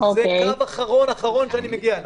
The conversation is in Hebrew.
זה קו אחרון אחרון שאני מגיע אליו.